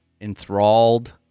enthralled